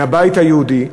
מהבית היהודי,